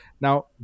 now